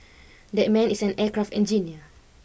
that man is an aircraft engineer